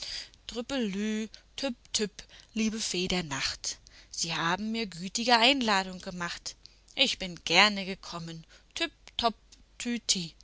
liebe fee der nacht sie haben mir gütige einladung gemacht ich bin gerne gekommen